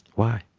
why?